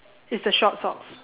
is the short socks